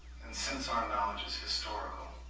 and since our knowledge is historical,